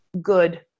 good